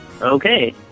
Okay